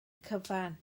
cyfan